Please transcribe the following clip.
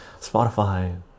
Spotify